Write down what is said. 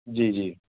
جی جی